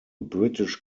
british